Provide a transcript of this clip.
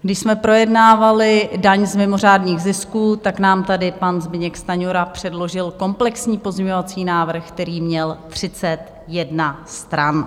Když jsme projednávali daň z mimořádných zisků, tak nám tady pan Zbyněk Stanjura předložil komplexní pozměňovací návrh, který měl 31 stran.